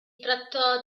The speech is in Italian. trattò